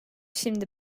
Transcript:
şimdi